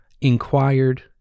inquired